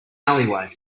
alleyway